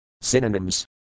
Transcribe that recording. Synonyms